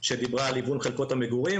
שדיברה על חלקות המגורים.